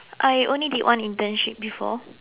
I only did one internship before